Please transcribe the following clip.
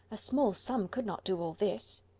a small sum could not do all this.